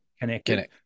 connected